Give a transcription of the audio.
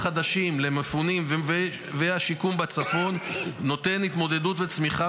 חדשים למפונים והשיקום בצפון נותנים התמודדות וצמיחה,